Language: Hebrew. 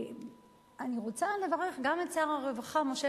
אני רוצה לברך גם את שר הרווחה משה